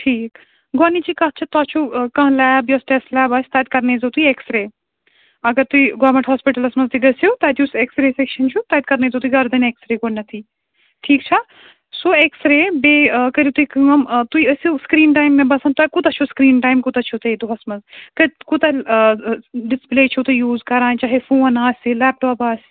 ٹھیٖک گۄڈنِچی کَتھ چھِ تۄہہِ چھُو کانٛہہ لیب یۄس ٹیسٹ لیب آسہِ تَتہِ کَرنٲوزیٚو تُہۍ ایٚکٕسرے اگر تُہۍ گورمٮ۪نٛٹ ہاسپِٹَلَس منٛز تہِ گٔژھِو تَتہِ یُس ایٚکٕسرے سیکشَن چھُ تَتہِ کَرنٲوزیٚو تُہۍ گَردَن ایکٕسرے گۄڈنٮ۪تھٕے ٹھیٖک چھا سُہ ایٚکٕسرے بیٚیہِ کٔرِو تُہۍ کٲم تُہۍ ٲسِو سکریٖن ٹایم مےٚ باسان تۄہہِ کوٗتاہ چھُو سکریٖن ٹایم کوٗتاہ چھُو تۄہہِ دۄہَس منٛز کوٗتاہ ڈِسپٕلے چھُو تُہۍ یوٗز کَران چاہے فون آسہِ لیپٹاپ آسہِ